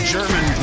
German